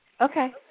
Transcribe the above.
Okay